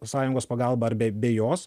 sąjungos pagalba ar be be jos